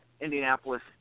Indianapolis